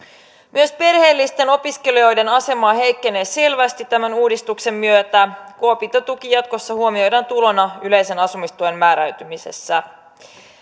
myös perheellisten opiskelijoiden asema heikkenee selvästi tämän uudistuksen myötä kun opintotuki jatkossa huomioidaan tulona yleisen asumistuen määräytymisessä